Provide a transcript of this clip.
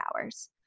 hours